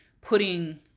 putting